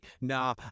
Nah